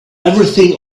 everything